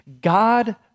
God